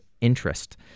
interest